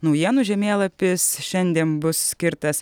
naujienų žemėlapis šiandien bus skirtas